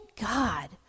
God